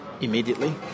immediately